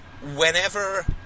whenever